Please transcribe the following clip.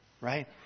right